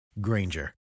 Granger